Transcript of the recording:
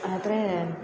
ಆದರೆ